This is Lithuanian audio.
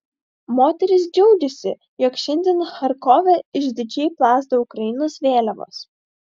moteris džiaugiasi jog šiandien charkove išdidžiai plazda ukrainos vėliavos